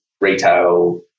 retail